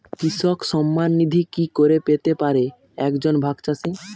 কৃষক সন্মান নিধি কি করে পেতে পারে এক জন ভাগ চাষি?